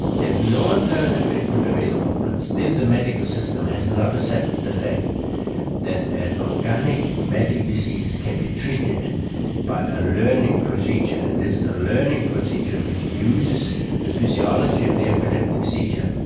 there is no alternative treatment available, but still the medical system has not accepted the fact that an organic medical disease can be treated by a learning procedure, and this is a learning procedure which uses the physiology of the epileptic seizure,